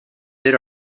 did